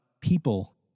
people